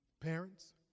Parents